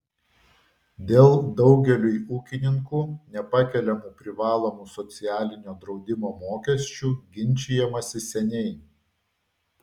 dėl daugeliui ūkininkų nepakeliamų privalomų socialinio draudimo mokesčių ginčijamasi seniai